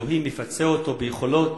אלוהים יפצה אותו ביכולות